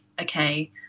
okay